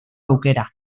aukera